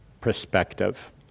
perspective